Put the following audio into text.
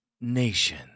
Nation